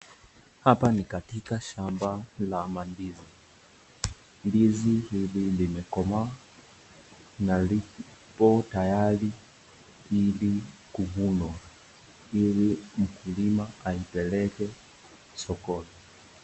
Hapa ni katika shamba la mandizi. Ndizi hili limekomaa na lipo tayari hivi kuvunwa ili mkulima aipeleke sokoni.